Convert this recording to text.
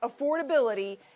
affordability